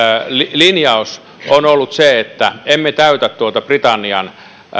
linjaus on ollut se että emme täytä tuota britannian